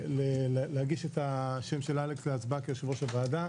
להגיש את השם של אלכס להצבעה כיושב-ראש הוועדה.